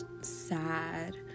sad